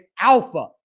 alpha